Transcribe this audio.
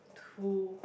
to